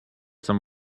some